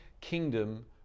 kingdom